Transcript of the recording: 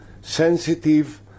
sensitive